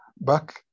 Back